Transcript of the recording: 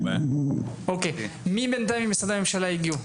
מי ממשרדי הממשלה הגיעו?